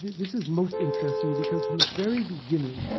this is most interesting because from the very beginning,